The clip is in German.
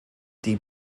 die